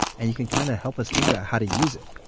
and you can kind of help us think about how to use it.